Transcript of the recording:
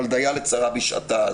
אבל דיה לצרה בשעתה.